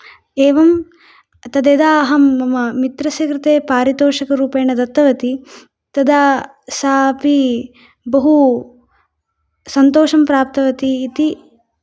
एवं तद् यदा अहं मम मित्रस्य कृते पारितोषिकरुपेण दत्तवती तदा साऽपि बहु सन्तोषं प्राप्तवती इति